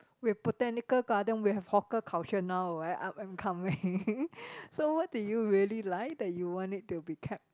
with Botanical Garden we have hawker culture now where up and coming so what do you really like that you want it to be kept